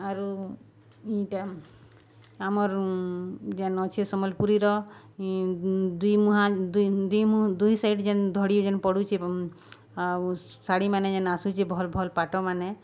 ଆରୁ ଇଟା ଆମର୍ ଯେନ୍ ଅଛେ ସମ୍ବଲପୁରୀର ଦୁଇ ମୁହା ଦୁଇ ସାଇଡ଼୍ ଯେନ୍ ଧଡ଼ି ଯେନ୍ ପଡ଼ୁଛେ ଆଉ ଶାଢ଼ୀମାନେ ଯେନ୍ ଆସୁଚେ ଭଲ୍ ଭଲ୍ ପାଟମାନେ